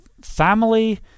family